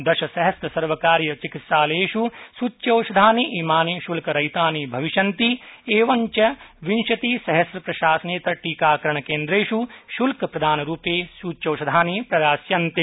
दशसहस्त सर्वकारीय चिकित्सालयेषु सूच्यौषधानि इमानि शुल्करहितानि भविष्यन्ति एवञ्च विंशतिसहस्त्रप्रशासनेतर सूच्यौषधीकरण केन्द्रेषु शुल्कप्रदानपूर्वकं सूच्यौषधनि स्प्रदास्यन्ते